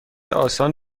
آسان